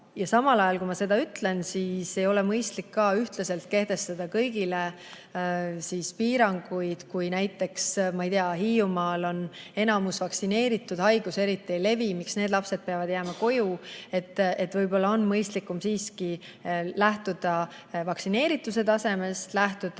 Ja ma ütlen ka seda, et ei ole mõistlik ühtlaselt kehtestada kõigile piiranguid. Kui näiteks Hiiumaal on enamus vaktsineeritud, haigus eriti ei levi, siis miks need lapsed peavad jääma koju? Võib-olla on mõistlikum siiski lähtuda vaktsineerituse tasemest, lähtuda